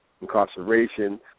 incarceration